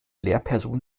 lehrperson